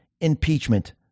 impeachment